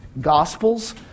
gospels